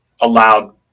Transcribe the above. allowed